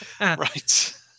Right